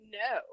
no